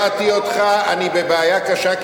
אם הרגעתי אותך אני בבעיה קשה,